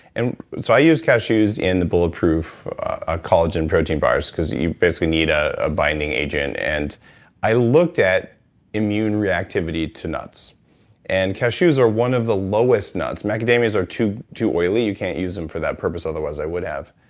and so i use cashews in the bulletproof ah collagen protein bars, because you basically need a ah binding agent, and i looked at immune reactivity to nuts and cashews are one of the lowest nuts. macadamias are too too oily, you can't use them for that purpose, otherwise i would have